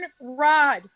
rod